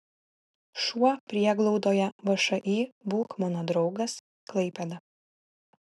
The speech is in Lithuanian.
šuo prieglaudoje všį būk mano draugas klaipėda